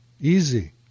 Easy